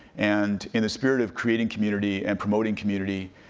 and in the spirit of creating community, and promoting community,